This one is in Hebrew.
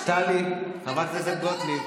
טלי, חברת הכנסת גוטליב.